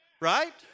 Right